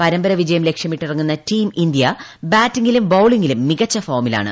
പരമ്പര വിജയം ലക്ഷ്യമിട്ടിറങ്ങുന്ന ടീം ഇന്ത്യ ബാറ്റി ങ്ങിലും ബൌളിംഗിലും മികച്ച ് ഫോമിലാണ്